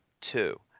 two